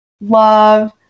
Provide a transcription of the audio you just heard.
love